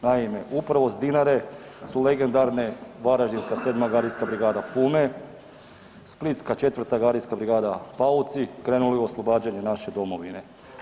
Naime, upravo sa Dinare su legendarne varaždinska 7. gardijska brigada Pume, splitska 4. gardijska brigada Pauci krenuli u oslobađanje naše Domovine.